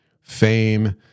fame